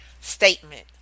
Statement